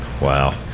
wow